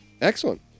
Excellent